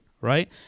right